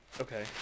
Okay